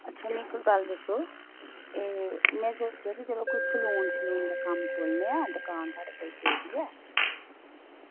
अच्छा मिगी इक्क गल्ल दस्सो एह् में सोचेआ कोई सैलून दा कम्म खोल्लचै दुकान साढ़े पेदी ऐ